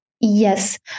Yes